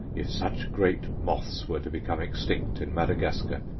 if such great moths were to become extinct in madagascar,